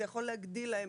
זה יכול להגדיל להם,